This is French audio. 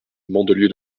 mandelieu